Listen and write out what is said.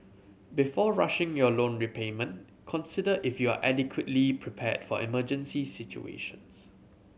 before rushing your loan repayment consider if you are adequately prepared for emergency situations